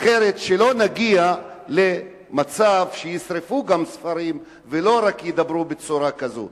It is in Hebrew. שלא נגיע למצב שגם ישרפו ספרים ולא רק ידברו בצורה כזאת.